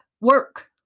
work